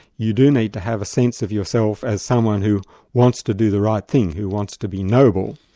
you do need to have a sense of yourself as someone who wants to do the right thing, who wants to be noble.